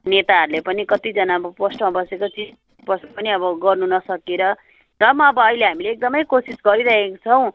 नेताहरूले पनि कत्तिजना अब पोस्टमा बसेपछि बसे पनि अब गर्नु नसकेर र नि अब अहिले हामीले एकदमै कोसिस गरिरहेका छौँ